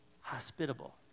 hospitable